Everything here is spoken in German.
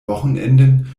wochenenden